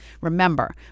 Remember